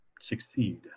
succeed